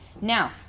Now